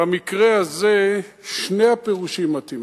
במקרה הזה שני הפירושים מתאימים,